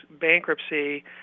bankruptcy